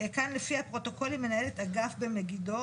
לפי הפרוטוקול מנהלת אגף במגידו,